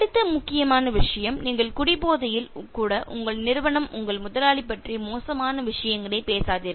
அடுத்த முக்கியமான விஷயம் நீங்கள் குடிபோதையில் கூட உங்கள் நிறுவனம் உங்கள் முதலாளி பற்றி மோசமான விஷயங்களைப் பேசாதீர்கள்